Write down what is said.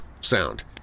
sound